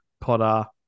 Potter